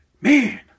Man